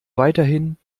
weiterhin